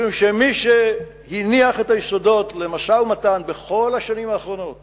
משום שמי שהניח את היסודות למשא-ומתן בכל השנים האחרונות